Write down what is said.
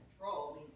control